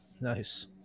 Nice